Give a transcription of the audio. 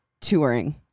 touring